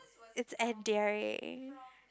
it's endearing